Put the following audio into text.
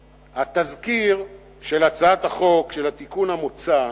התזכיר של הצעת החוק, של התיקון המוצע,